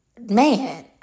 man